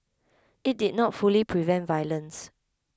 it did not fully prevent violence